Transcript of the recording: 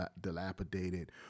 dilapidated